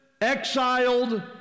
exiled